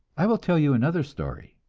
i will tell you another story.